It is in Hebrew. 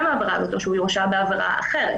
מהעבירה הזו או שהוא יורשע בעבירה אחרת.